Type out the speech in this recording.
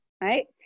right